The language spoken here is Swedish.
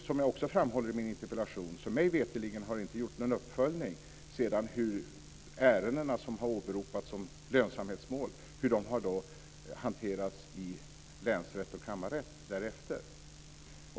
Som jag också framhåller i min interpellation har det mig veterligen inte gjorts någon uppföljning av hur de ärenden som har åberopats som lönsamhetsmål har hanterats i länsrätt och kammarrätt därefter.